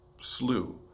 slew